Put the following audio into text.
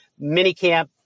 minicamp